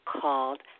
called